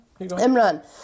Imran